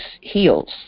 heals